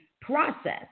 process